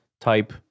type